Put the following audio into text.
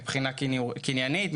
מבחינה קניינית,